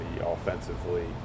offensively